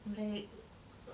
like err err